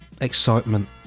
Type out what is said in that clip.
excitement